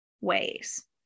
ways